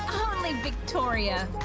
only victoria.